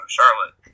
Charlotte